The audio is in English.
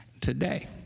today